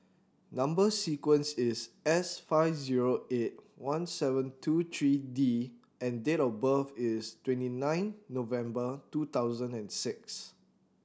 number sequence is S five zero eight one seven two three D and date of birth is twenty nine November two thousand and six